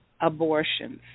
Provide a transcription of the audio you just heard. abortions